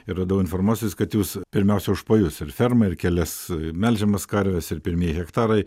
ir radau informacijos kad jūs pirmiausia už pajus ir fermą ir kelias melžiamas karves ir pirmieji hektarai